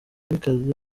bikaze